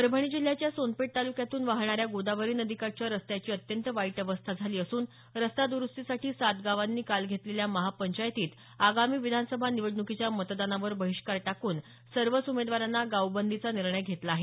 परभणी जिल्ह्याच्या सोनपेठ तालुक्यातून वाहणाऱ्या गोदावरी नदीकाठच्या रस्त्याची अत्यंत वाईट अवस्था झाली असून रस्ता दुरुस्तीसाठी सात गावांनी काल घेतलेल्या महापंचायतीत आगामी विधानसभा निवडणुकीच्या मतदानावर बहिष्कार टाकून सर्वच उमेदवारांना गावबंदीचा निर्णय घेतला आहे